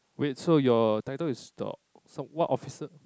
wait so your title is the so what officer